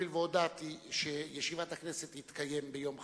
והואיל והודעתי שישיבת הכנסת תתקיים ביום חמישי,